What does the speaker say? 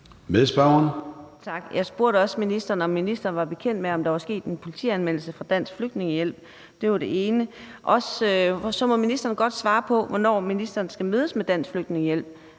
Jeg spurgte også ministeren, om ministeren var bekendt med, om der var sket en politianmeldelse fra Dansk Flygtningehjælps side. Det var det ene. Og så må ministeren godt svare på, hvornår ministeren skal mødes med Dansk Flygtningehjælp;